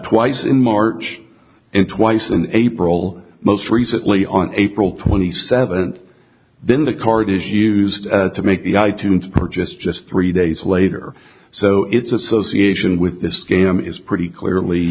twice in march and twice in april most recently on april twenty seventh then the card is used to make the i tunes purchase just three days later so its association with the scam is pretty clearly